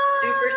Super